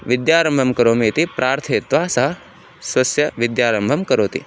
विद्यारम्भं करोमि इति प्रार्थयित्वा सः स्वस्य विद्यारम्भं करोति